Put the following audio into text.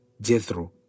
Jethro